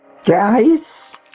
Guys